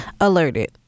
alerted